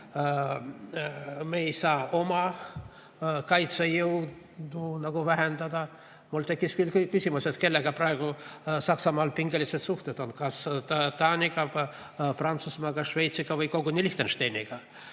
me ei saa oma kaitsejõudu vähendada. Mul tekkis küll küsimus, kellega praegu Saksamaal pingelised suhted on. Kas Taaniga, Prantsusmaaga, Šveitsi või koguni Liechtensteiniga?